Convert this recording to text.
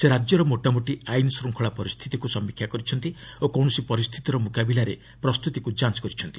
ସେ ରାଜ୍ୟର ମୋଟାମୋଟି ଆଇନ ଶୃଙ୍ଗଳା ପରିସ୍ଥିତିକୁ ସମୀକ୍ଷା କରିଛନ୍ତି ଓ କୌଣସି ପରିସ୍ଥିତିର ମୁକାବିଲାରେ ପ୍ରସ୍ତୁତିକୁ ଯାଞ୍ଚ୍ କରିଛନ୍ତି